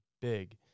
big